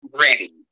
ready